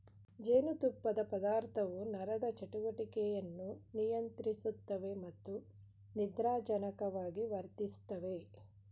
ಜೇನುತುಪ್ಪದ ಪದಾರ್ಥವು ನರದ ಚಟುವಟಿಕೆಯನ್ನು ನಿಯಂತ್ರಿಸುತ್ತವೆ ಮತ್ತು ನಿದ್ರಾಜನಕವಾಗಿ ವರ್ತಿಸ್ತವೆ